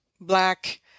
Black